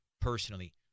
personally